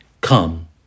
come